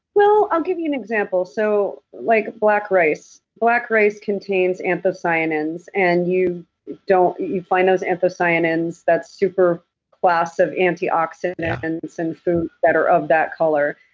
well, i'll give you an example. so, like black rice. black rice contains anthocyanins, and you don't, you find those anthocyanins, that super class of antioxidants, in and foods that are of that color.